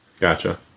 Gotcha